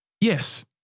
yes